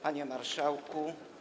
Panie Marszałku!